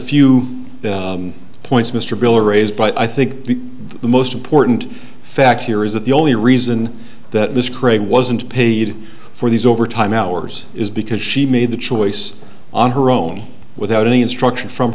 few points mr bill arrays but i think the most important fact here is that the only reason that this crane wasn't paid for these overtime hours is because she made the choice on her own without any instruction from